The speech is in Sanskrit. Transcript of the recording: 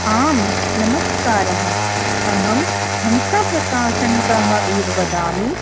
आम् नमस्कारः अहं हंसाप्रकाशन्तः एव वदामि